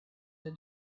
the